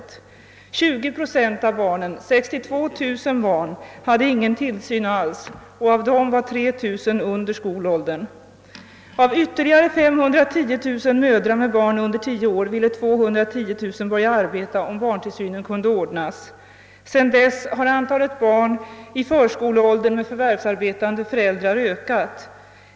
Inte mindre än 20 procent av barnen, 62 000 barn, hade ingen tillsyn alls; av dem var 3 000 under skolåldern. Av ytterligare 510000 mödrar med barn under tio år ville 210 000 börja arbeta, om barntillsynen kunde ordnas. Sedan dess har antalet barn i förskoleåldern med förvärvsarbetande föräldrar ökat.